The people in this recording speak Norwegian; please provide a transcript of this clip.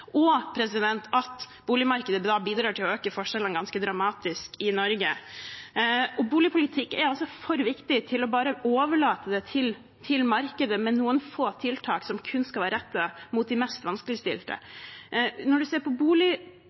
og at boligmarkedet da bidrar til å øke forskjellene ganske dramatisk i Norge. Boligpolitikk er for viktig til bare å overlate den til markedet med noen få tiltak som kun skal være rettet mot de mest vanskeligstilte. Når man ser på